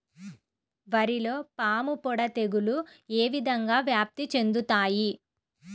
వరిలో పాముపొడ తెగులు ఏ విధంగా వ్యాప్తి చెందుతాయి?